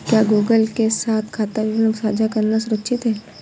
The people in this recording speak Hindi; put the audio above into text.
क्या गूगल के साथ खाता विवरण साझा करना सुरक्षित है?